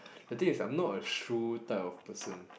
the thing is I am not a shoe type of person